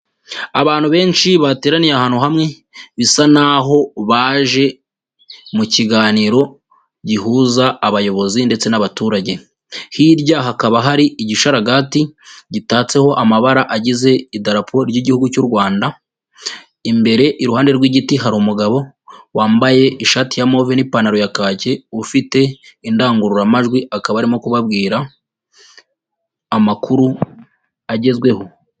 Abantu benshi bateraniye ahantu hamwe, bisa naho baje mu kiganiro gihuza abayobozi ndetse n'abaturage, hirya hakaba hari igisharaga gitatseho amabara agize idaraporo ry'Igihugu cy'u Rwanda, imbere iruhande rw'igiti hari umugabo wambaye ishati y'amove n'ipantaro ya kake, ufite indangururamajwi akaba arimo kubabwira amakuru agezweho.